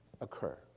occur